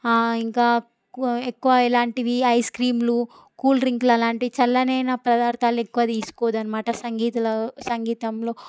ఇంకా క్కువ ఎక్కువ ఇలాంటివి ఐస్ క్రీములు కూల్ డ్రింకులు అలాంటివి చల్లనైన పదార్థాలు ఎక్కువ తీసుకోవద్దు అనమాట సంగీతుల సంగీతంలో